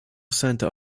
center